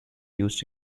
used